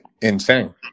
Insane